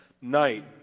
night